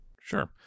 Sure